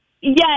Yes